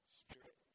spirit